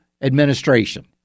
administration